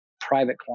private